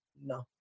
no